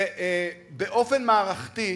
ובאופן מערכתי,